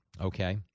Okay